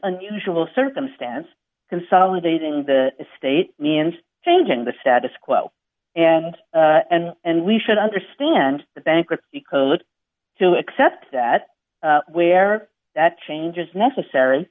unusual circumstance consolidating the state and changing the status quo and and and we should understand the bankruptcy code to accept that where that change is necessary